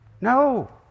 No